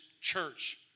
church